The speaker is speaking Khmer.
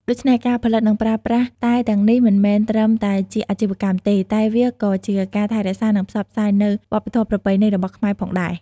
ដូច្នេះ ការផលិតនិងប្រើប្រាស់តែទាំងនេះមិនមែនត្រឹមតែជាអាជីវកម្មទេ តែវាក៏ជាការថែរក្សានិងផ្សព្វផ្សាយនូវវប្បធម៌ប្រពៃណីរបស់ខ្មែរផងដែរ។